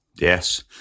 Yes